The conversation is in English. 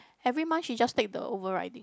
every month she just take the over riding